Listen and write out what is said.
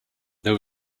there